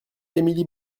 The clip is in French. émilie